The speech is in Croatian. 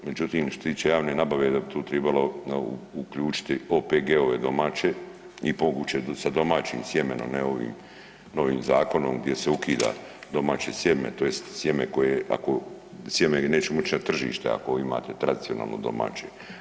Međutim, što se tiče javne nabave da bi tu tribalo uključiti OPG-ove domaće i moguće sa domaćim sjemenom, ne ovim novim zakonom gdje se ukida domaće sjeme, tj. sjeme koje ako sjeme neće moći na tržište, ako imate tradicionalno domaće.